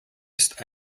ist